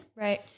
Right